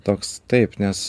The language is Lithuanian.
toks taip nes